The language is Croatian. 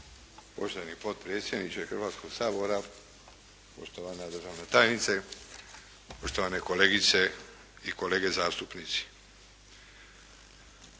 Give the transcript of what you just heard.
Poštovani potpredsjedniče Hrvatskoga sabora, poštovana državna tajnice, poštovane kolegice i kolege zastupnici.